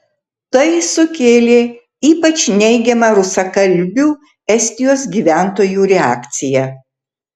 tai sukėlė ypač neigiamą rusakalbių estijos gyventojų reakciją